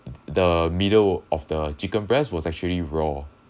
the middle of the chicken breast was actually raw